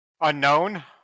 unknown